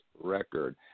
record